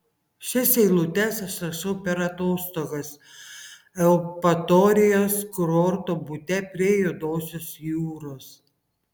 šias eilutes aš rašau per atostogas eupatorijos kurorto bute prie juodosios jūros